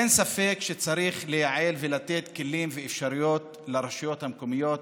אין ספק שצריך לייעל ולתת כלים ואפשרויות לרשויות המקומיות,